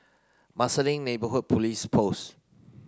Marsiling Neighbourhood Police Post